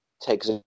takes